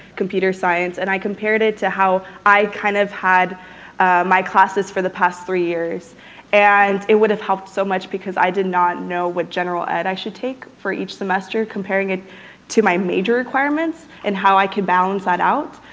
computer science, and i compared it to how i kind of had my classes for the past three years and it would have helped so much, because i did not know what general ed i should take for each semester comparing it to my major requirements and how i can balance that out.